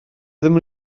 ddim